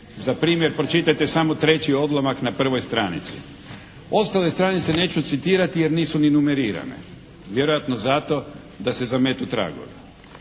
Za primjer pročitajte samo treći odlomak na prvoj stranici. Ostale stranice neću citirati jer nisu ni numerirane. Vjerojatno zato da se zametnu tragovi.